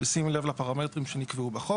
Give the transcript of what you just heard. בשים לב לפרמטרים שנקבעו בחוק.